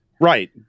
Right